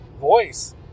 voice